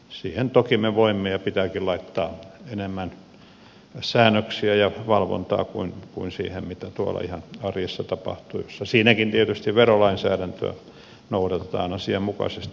siihen toki me voimme ja pitääkin laittaa enemmän säännöksiä ja valvontaa kuin siihen mitä tapahtuu tuolla ihan arjessa jossa siinäkin tietysti verolainsäädäntöä noudatetaan asianmukaisesti